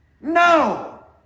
No